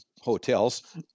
hotels